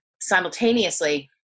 simultaneously